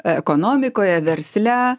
ekonomikoje versle